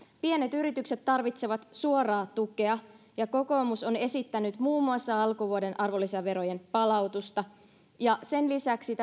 pienet yritykset tarvitsevat suoraa tukea ja kokoomus on esittänyt muun muassa alkuvuoden arvonlisäverojen palautusta sen lisäksi